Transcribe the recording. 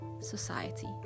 society